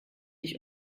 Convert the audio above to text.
ich